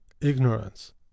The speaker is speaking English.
ignorance